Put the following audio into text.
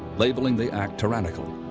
labeling the act tyrannical.